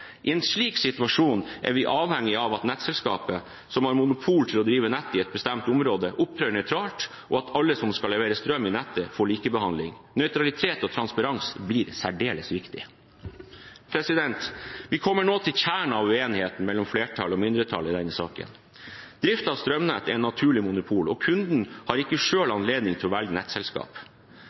I en slik situasjon er vi avhengig av at nettselskapet, som har monopol på å drive nett i et bestemt område, opptrer nøytralt og at alle som skal levere strøm i nettet, får likebehandling. Nøytralitet og transparens blir særdeles viktig. Vi kommer nå til kjernen av uenigheten mellom flertallet og mindretallet i denne saken. Drift av strømnettet er et naturlig monopol, og kundene har ikke selv anledning til å velge nettselskap.